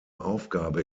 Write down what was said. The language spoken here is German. aufgabe